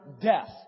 death